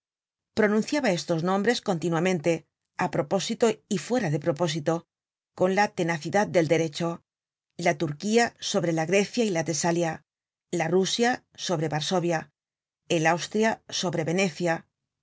pronunciaba estos nombres continuamente á propósito y fuera de propósito con la tenacidad del derecho la turquía sobre la grecia y la tesalia la rusia sobre varsovia el austria sobre venecia